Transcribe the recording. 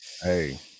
hey